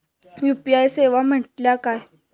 UPI सेवा म्हटल्या काय?